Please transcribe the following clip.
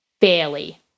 fairly